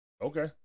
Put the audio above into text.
Okay